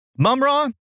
Mumra